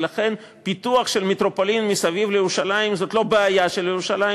ולכן פיתוח של מטרופולין מסביב לירושלים זה לא בעיה של ירושלים,